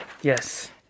yes